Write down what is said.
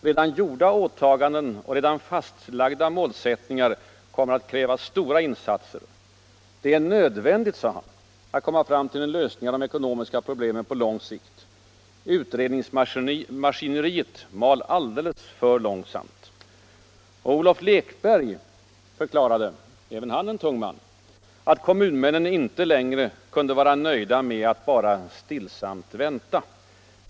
”Redan gjorda åtaganden och redan fastlagda målsättningar” kommer att kräva stora insatser. ”Det är nödvändigt att komma fram till en lösning av de ekonomiska problemen på lång sikt.” Utredningsmaskineriet mal alltför långsamt. Olov Lekberg - även han en tung man — förklarade att kommunmännen inte längre kunde nöja sig med att ”stillsamt vänta”.